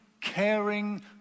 caring